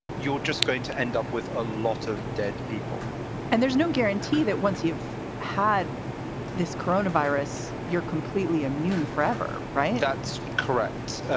you're just going to end up with a lot of dead people and there's no guarantee that once you've had this coronavirus, you're completely immune forever, right? that's correct.